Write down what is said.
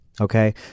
Okay